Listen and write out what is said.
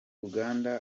uganda